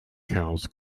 cows